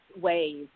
ways